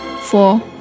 four